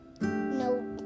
No